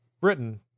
Britain